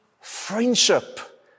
friendship